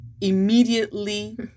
immediately